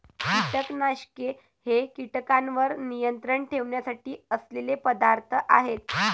कीटकनाशके हे कीटकांवर नियंत्रण ठेवण्यासाठी असलेले पदार्थ आहेत